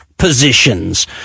Positions